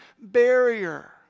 barrier